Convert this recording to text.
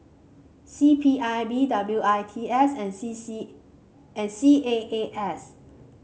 C P I B W I T S and C C and C A A S